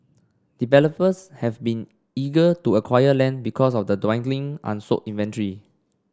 developers have been eager to acquire land because of the dwindling unsold inventory